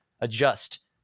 Adjust